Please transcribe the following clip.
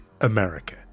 America